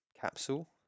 capsule